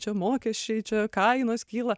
čia mokesčiai čia kainos kyla